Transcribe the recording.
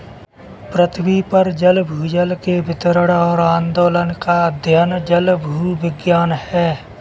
पृथ्वी पर जल भूजल के वितरण और आंदोलन का अध्ययन जलभूविज्ञान है